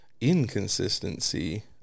inconsistency